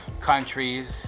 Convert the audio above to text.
countries